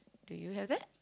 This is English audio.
do you have it